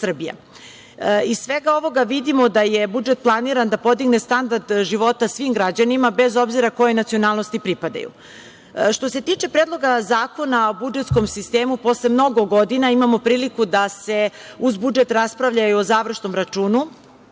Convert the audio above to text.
Iz svega ovoga vidimo da je budžet planiran da podigne standard života svim građanima bez obzira kojoj nacionalnost pripadaju. Što se tiče Predloga zakona o budžetskom sistemu posle mnogo godina imamo priliku da se uz budžet raspravlja i o završnom računu.